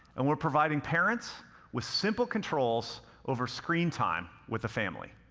and we're providing parents with simple controls over screen time with the family.